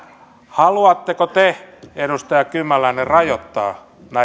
haluatteko te edustaja kymäläinen rajoittaa